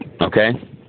okay